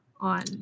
on